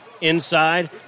inside